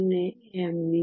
50 me